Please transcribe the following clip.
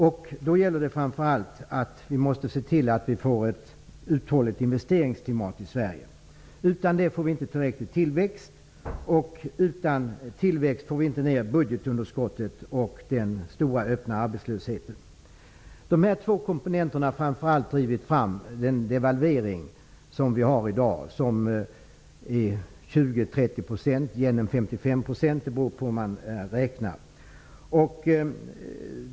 Vi måste framför allt se till att vi får ett uthålligt investeringsklimat i Sverige. Utan det får vi inte tillräcklig tillväxt. Utan tillväxt får vi inte ner budgetunderskottet och den höga öppna arbetslösheten. Det är framför allt dessa två komponenter som har drivit fram den devalvering vi har i dag, på 20--30 % gentemot dollarn och ca 55 % gentemot den japanska yenen. Vilka siffror man kommer fram till beror på hur man räknar.